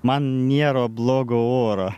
man nėra blogo oro